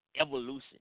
evolution